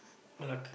Malacca